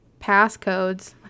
passcodes